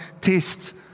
tests